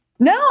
No